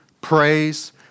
praise